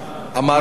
אמרתי,